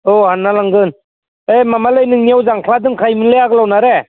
औ हानना लांगोन ओइ माबालै नोंनियाव जांख्ला दंखायोमोनलै आगोलावना रे